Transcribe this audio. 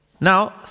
Now